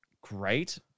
great